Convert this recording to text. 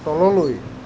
তললৈ